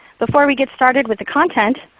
before we get started with the content,